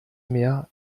mehr